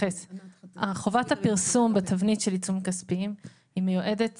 חובת הפרסום בתבנית של עיצומים כספיים מיועדת